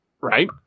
Right